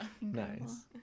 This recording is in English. Nice